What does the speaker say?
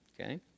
okay